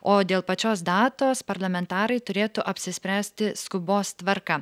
o dėl pačios datos parlamentarai turėtų apsispręsti skubos tvarka